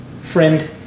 friend